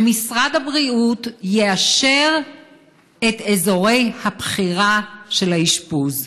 שמשרד הבריאות יאשר את אזורי הבחירה של האשפוז.